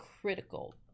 critical